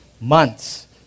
months